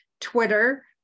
Twitter